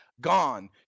gone